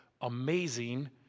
amazing